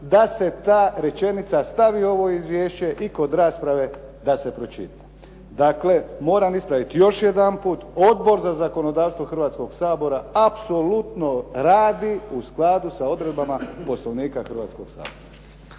da se ta rečenica stavi u ovo izvješće i kod rasprave da se pročita. Dakle, moram ispraviti još jedanput Odbora za zakonodavstvo Hrvatskoga sabora apsolutno radi u skladu sa odredbama Poslovnika Hrvatskoga sabora.